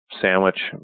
sandwich